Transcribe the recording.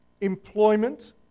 employment